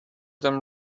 them